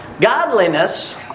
Godliness